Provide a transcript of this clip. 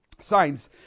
signs